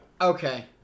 Okay